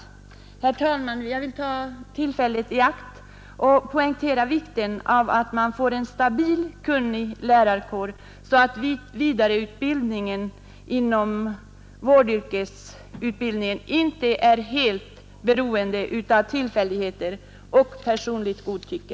Herr talman! Jag vill ta tillfället i akt att poängtera vikten av att vi får en stabil och kunnig lärarkår, så att utbildningen inom vårdyrkena inte är helt beroende av tillfälligheter och personligt godtycke.